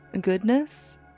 goodness